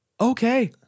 okay